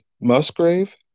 Musgrave